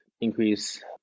increase